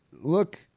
look